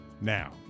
now